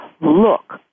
look